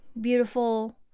beautiful